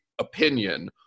opinion